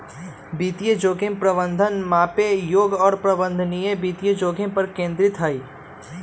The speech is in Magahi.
वित्तीय जोखिम प्रबंधन मापे योग्य और प्रबंधनीय वित्तीय जोखिम पर केंद्रित हई